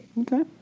Okay